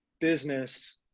business